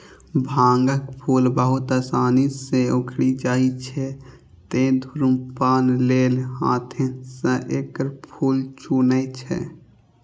भांगक फूल बहुत आसानी सं उखड़ि जाइ छै, तें धुम्रपान लेल हाथें सं एकर फूल चुनै छै